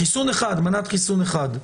מנת חיסון אחד.